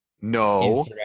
no